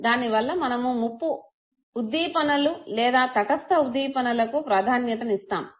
దాని వల్ల మనము ముప్పు ఉద్దీపనలు లేదా తటస్థ ఉద్దీపనలకు ప్రాధాన్యత ఇస్తాము